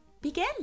begin